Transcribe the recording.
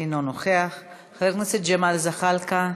אינו נוכח, חבר הכנסת ג'מאל זחאלקה,